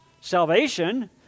salvation